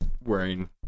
wearing